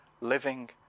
living